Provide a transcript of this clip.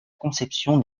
conception